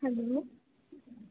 hello